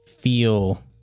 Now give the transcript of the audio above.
Feel